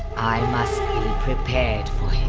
i must prepared